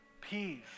Peace